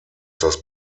das